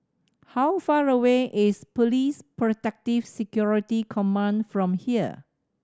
how far away is Police Protective Security Command from here